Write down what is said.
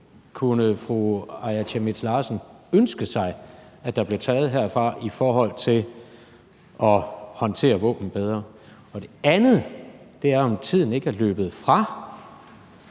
kunne fru Aaja Chemnitz Larsen ønske sig at der blev taget herfra i forhold til at håndtere våben bedre? Det andet spørgsmål er, om ikke tiden er løbet fra